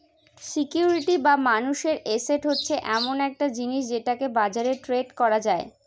security বা মানুষের asset হচ্ছে এমন একটা জিনিস যেটাকে বাজারে ট্রেড করা যায়